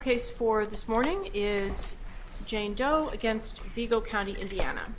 case for this morning is jane doe against eagle county indiana